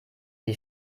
die